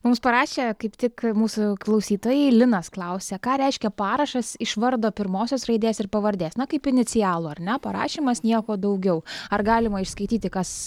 mums parašė kaip tik mūsų klausytojai linas klausia ką reiškia parašas iš vardo pirmosios raidės ir pavardės na kaip inicialo ar ne parašymas nieko daugiau ar galima išskaityti kas